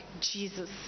Jesus